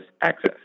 access